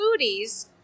foodies